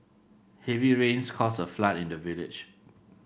heavy rains caused a flood in the village